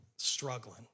struggling